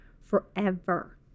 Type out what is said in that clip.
forever